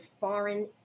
foreign